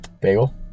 bagel